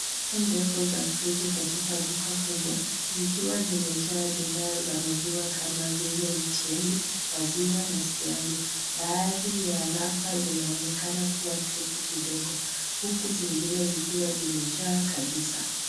Rafu ndefu za friji katika duka kubwa zikiwa zimejaa bidhaa za maziwa kama vile mtindi, maziwa na siagi. Baadhi ya rafu zinaonekana kuwa tupu kidogo huku zingine zikiwa zimejaa kabisa.